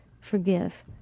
forgive